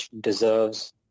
deserves